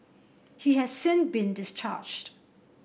he has since been discharged